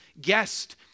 guest